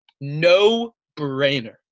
no-brainer